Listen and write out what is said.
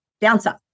downside